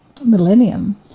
millennium